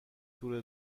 تور